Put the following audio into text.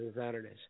Saturdays